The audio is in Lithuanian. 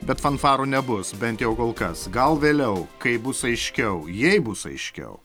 bet fanfarų nebus bent jau kol kas gal vėliau kai bus aiškiau jei bus aiškiau